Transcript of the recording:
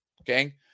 Okay